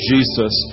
Jesus